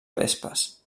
vespes